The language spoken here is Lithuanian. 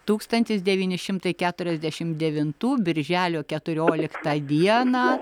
tūkstantis devyni šimtai keturiasdešimt devintų birželio keturioliktą dieną